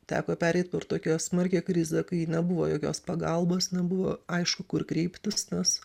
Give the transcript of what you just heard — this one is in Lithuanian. teko pereit per tokią smarkią krizę kai nebuvo jokios pagalbos nebuvo aišku kur kreiptis nes